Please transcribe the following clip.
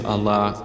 Allah